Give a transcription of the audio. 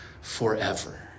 forever